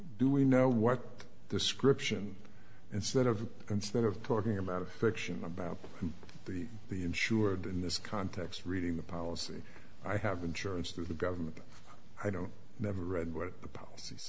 do we know what the scription instead of instead of talking about a fiction about the the insured in this context reading the policy i have insurance through the government i don't never read what the polic